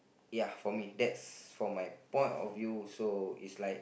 ya for me that's for my point of view so it's like